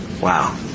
Wow